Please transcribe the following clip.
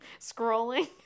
Scrolling